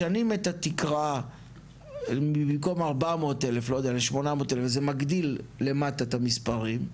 משנים את התקרה במקום 400,000 ל-800,000 זה מגדיל למטה את המספרים,